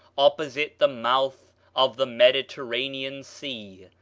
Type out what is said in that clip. opposite the mouth of the mediterranean sea,